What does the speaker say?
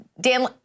Dan